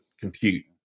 compute